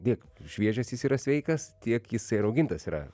tiek šviežias jis yra sveikas tiek jisai raugintas yra